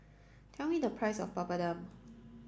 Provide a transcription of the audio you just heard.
tell me the price of Papadum